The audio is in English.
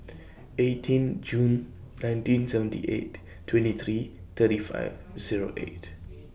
eighteen June nineteen seventy eight twenty three thirty five Zero eight